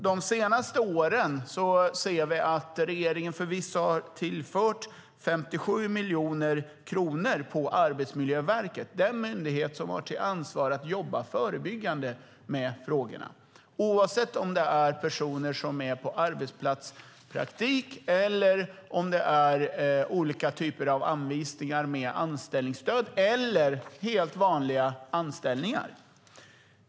De senaste åren har regeringen förvisso tillfört 57 miljoner kronor till Arbetsmiljöverket, den myndighet som har ansvar för att jobba förebyggande med frågorna, oavsett om det gäller personer som är på arbetsplatspraktik, olika typer av anvisningar med anställningsstöd eller helt vanliga anställningar.